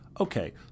okay